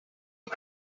man